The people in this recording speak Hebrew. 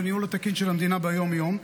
בניהול התקין של המדינה ביום-יום.